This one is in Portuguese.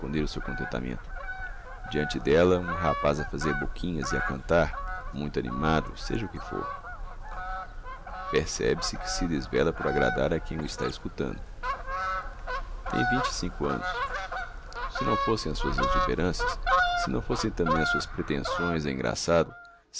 o seu contentamento deante d'ella um rapaz a fazer boquinhas e a cantar muito animado seja o que fôr percebe-se que se desvéla por agradar a quem o está escutando tem vinte e cinco annos se não fossem as suas exuberancias se não fossem tambem as suas pretensões a engraçado